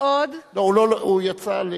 לא, הוא יצא,